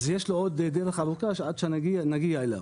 אז יש לו עוד דרך ארוכה עד שנגיע אליו.